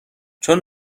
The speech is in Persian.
چون